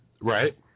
Right